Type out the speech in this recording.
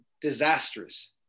disastrous